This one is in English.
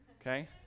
Okay